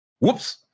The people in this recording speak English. Whoops